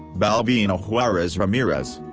balvina juarez-ramirez.